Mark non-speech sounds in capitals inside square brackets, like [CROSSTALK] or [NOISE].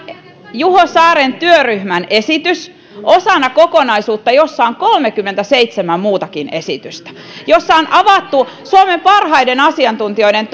juho saaren työryhmän esitys osana kokonaisuutta jossa on kolmenkymmenenseitsemän muutakin esitystä ja jossa on avattu suomen parhaiden asiantuntijoiden [UNINTELLIGIBLE]